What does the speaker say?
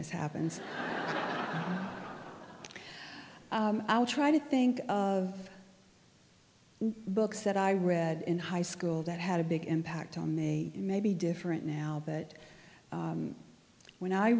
this happens i'll try to think of books that i read in high school that had a big impact on they may be different now but when i